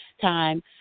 time